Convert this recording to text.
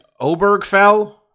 Obergfell